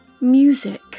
Music